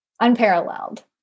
unparalleled